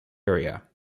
area